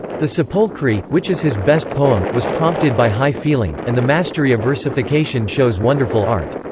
the sepolcri, which is his best poem, was prompted by high feeling, and the mastery of versification shows wonderful art.